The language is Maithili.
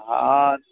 हँ